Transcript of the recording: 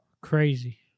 Crazy